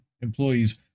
employees